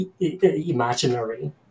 imaginary